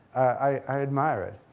i admire it,